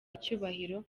icyubahiro